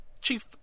Chief